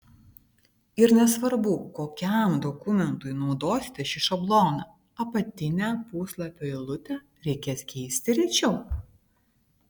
ir nesvarbu kokiam dokumentui naudosite šį šabloną apatinę puslapio eilutę reikės keisti rečiau